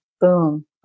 boom